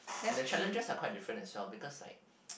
and the challenges are quite different as well because like